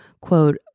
quote